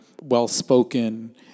well-spoken